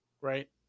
right